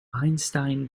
einstein